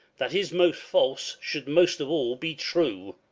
that is most false, should most of all be true.